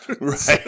right